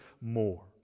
more